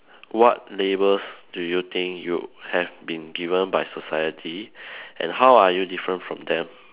what labels do you think you have been given by society and how are you different from them